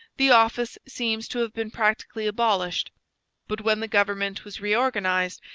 the office seems to have been practically abolished but when the government was reorganized,